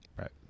Right